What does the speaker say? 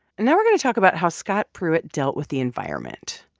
and now we're going to talk about how scott pruitt dealt with the environment.